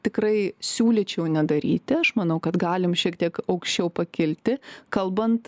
tikrai siūlyčiau nedaryti aš manau kad galim šiek tiek aukščiau pakilti kalbant